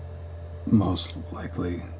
most likely,